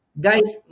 guys